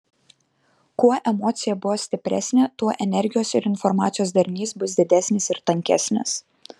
kuo emocija buvo stipresnė tuo energijos ir informacijos darinys bus didesnis ir tankesnis